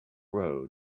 road